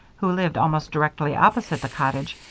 who lived almost directly opposite the cottage,